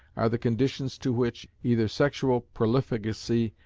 are the conditions to which, either sexual profligacy,